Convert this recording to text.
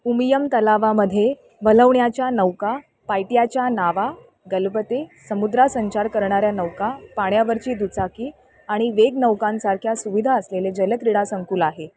उमियम तलावामध्ये वल्हवण्याच्या नौका पायट्याच्या नावा गलबते समुद्र संचार करणाऱ्या नौका पाण्यावरची दुचाकी आणि वेगनौकांसारख्या सुविधा असलेले जल क्रीडा संकुल आहे